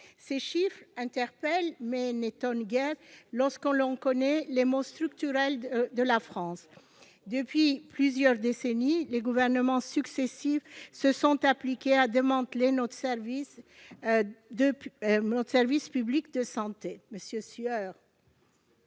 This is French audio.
Ces chiffres interpellent, mais n'étonnent guère lorsque l'on connaît les maux structurels de la France. Depuis plusieurs décennies, les gouvernements successifs se sont appliqués à démanteler notre service public de santé. Ce